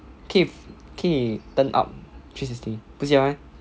可以可以 turn up three sixty 不记得